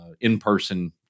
in-person